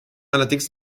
allerdings